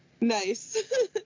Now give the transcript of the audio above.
Nice